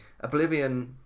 Oblivion